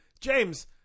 James